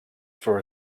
for